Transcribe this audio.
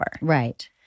Right